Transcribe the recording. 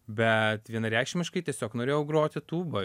bet vienareikšmiškai tiesiog norėjau groti tūba